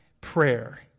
prayer